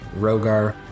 Rogar